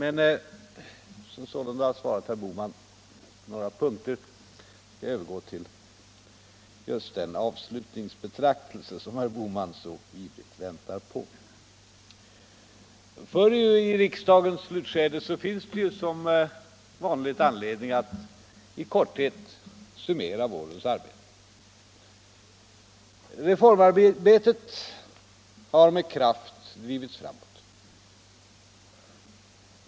Efter att sålunda ha svarat herr Bohman på några punkter skall jag övergå till den avslutningsbetraktelse som herr Bohman så ivrigt väntar på. I riksdagens slutskede finns det nämligen som vanligt anledning att i korthet summera vårens arbete. Reformarbetet har med kraft drivits framåt.